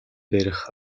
барих